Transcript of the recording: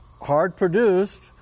hard-produced